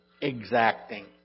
exacting